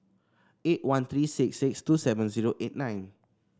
eight one three six six two seven zero eight nine